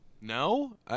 no